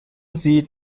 sie